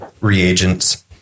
reagents